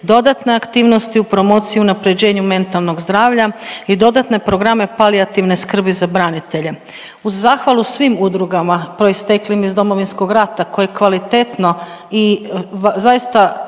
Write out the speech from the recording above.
dodatne aktivnosti u promociji i unaprjeđenju mentalnog zdravlja i dodatne programe palijativne skrbi za branitelje. Uz zahvalu svim udrugama proisteklim iz Domovinskog rata koje kvalitetno i zaista